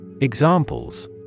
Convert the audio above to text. Examples